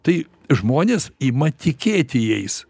tai žmonės ima tikėti jais